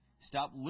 Stop